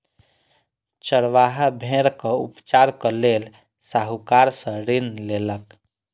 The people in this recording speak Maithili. चरवाहा भेड़क उपचारक लेल साहूकार सॅ ऋण लेलक